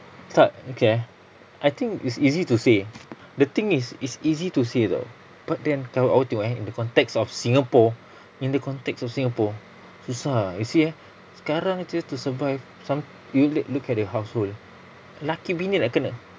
tak okay eh I think it's easy to say the thing is it's easy to say [tau] but then kalau awak tengok eh the context of singapore in the context of singapore susah you see eh sekarang jer to survive some you you look at the household lelaki bini nak kena